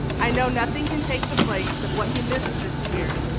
i know nothing can take the place of what you missed this year,